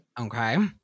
Okay